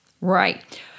Right